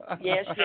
yes